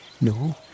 no